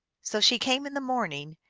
so she came in the morning,